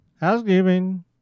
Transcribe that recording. Housekeeping